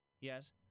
Yes